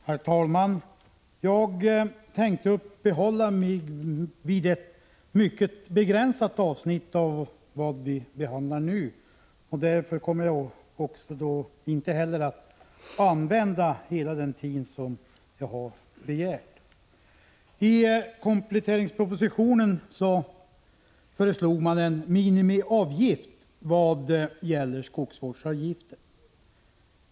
Herr talman! Jag tänker uppehålla mig vid ett mycket begränsat avsnitt av vad vi nu behandlar, och därför kommer jag inte att använda hela den taletid som jag har begärt. I kompletteringspropositionen föreslås en minimiavgift vad gäller skogsvårdsavgiften.